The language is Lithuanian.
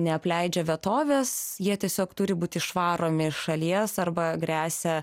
neapleidžia vietovės jie tiesiog turi būt išvaromi iš šalies arba gresia